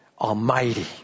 Almighty